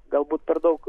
galbūt per daug